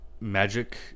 magic